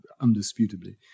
undisputably